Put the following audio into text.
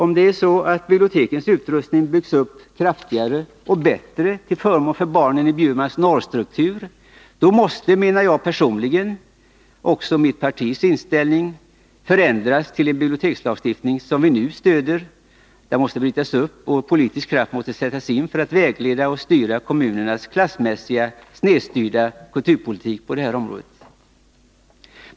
Om det är så att bibliotekens utrustning byggs upp kraftigare och bättre till förmån för barnen i Eva Lis Bjurmans norrstruktur, då måste, menar jag personligen, också mitt partis inställning förändras till den bibliotekslagstiftning som vi nu stöder. Den bibliotekslagstiftningen måste brytas upp, och politisk kraft måste sättas in för att vägleda och styra kommunernas klassmässigt snedstyrda kulturpolitik på det här området.